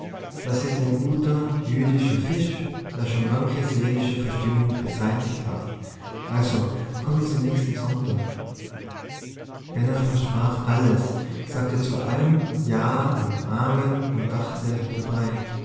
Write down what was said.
das ist ein guter jüdischer fisch der schon manche seelische verstimmung beseitigt hat also kommen se nächsten sonntag benno versprach alles sagte zu allem ja und amen und dachte dabei